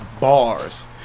bars